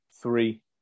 Three